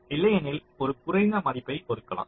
இல்லையெனில் ஒரு குறைந்த மதிப்பை ஒதுக்கலாம்